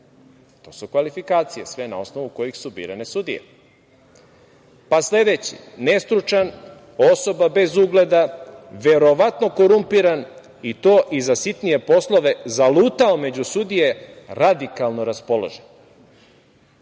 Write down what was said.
To su kvalifikacije na osnovu kojih su birane sudije. Sledeći – nestručan, osoba bez ugleda, verovatno korumpiran i to i za sitnije poslove, zalutao među sudije, radikalno raspoložen.